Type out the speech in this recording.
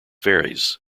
varies